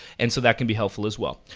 and so that can be helpful as well.